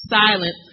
silent